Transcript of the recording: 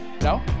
No